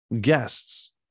guests